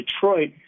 Detroit